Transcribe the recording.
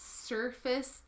surface